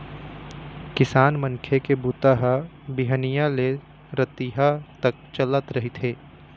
किसान मनखे के बूता ह बिहनिया ले रतिहा तक चलत रहिथे